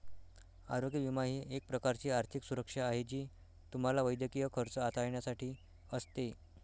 आरोग्य विमा ही एक प्रकारची आर्थिक सुरक्षा आहे जी तुम्हाला वैद्यकीय खर्च हाताळण्यासाठी असते